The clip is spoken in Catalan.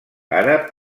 àrab